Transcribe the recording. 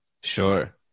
Sure